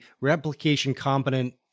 replication-competent